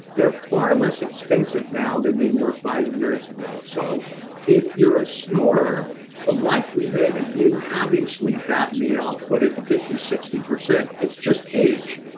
they're far less expensive now than they were five years ago. so if you're a snorer the likelihood of you having sleep apnea, i'll put it fifty sixty percent, it's just age.